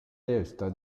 delta